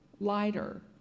lighter